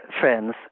friends